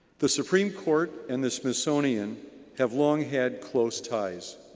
the supreme court and the smithsonian have long had close ties.